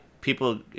people